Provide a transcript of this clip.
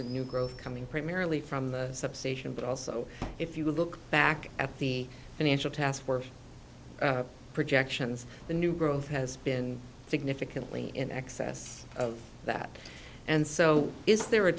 in new growth coming primarily from the substation but also if you look back at the financial taskforce projections the new growth has been significantly in excess of that and so is there a